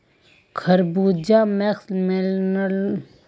खरबूजा मस्कमेलनेर एकता प्रजाति छिके